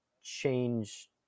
change